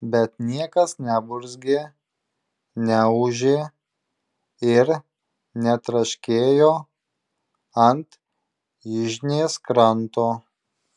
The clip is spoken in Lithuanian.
bet niekas neburzgė neūžė ir netraškėjo ant yžnės kranto